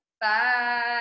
Bye